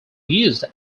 used